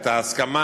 את ההסכמה,